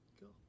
Cool